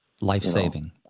Life-saving